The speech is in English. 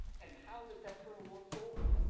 and how does that turtle walk forward?